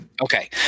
Okay